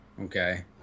Okay